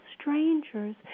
strangers